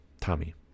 Tommy